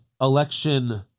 election